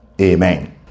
amen